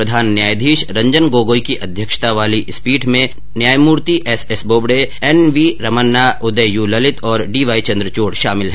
प्रधान न्यायाधीश रंजन गोगोई की अध्यक्षता वाली इस पीठ में न्यायमूर्ति S A Bobde N V Ramana Uday U Lalit और डी वाई चन्द्रचूड़ शामिल है